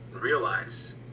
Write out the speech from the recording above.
realize